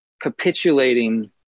capitulating